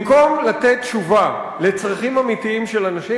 במקום לתת תשובה לצרכים אמיתיים של אנשים,